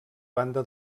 banda